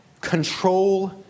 control